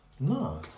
No